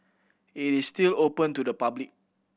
it is still open to the public